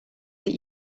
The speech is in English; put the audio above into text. that